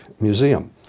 museum